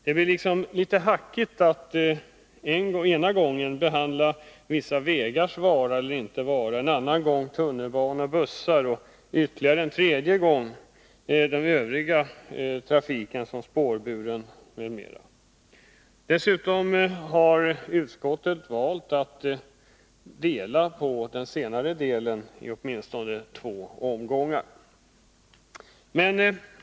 Det blir litet hackigt att en gång behandla vissa vägars vara eller inte vara, en annan gång tunnelbana och bussar, en tredje gång övrig spårburen trafik, osv. Dessutom har utskottet valt att dela upp detta senare avsnitt på åtminstone två olika omgångar.